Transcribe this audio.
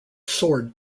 soared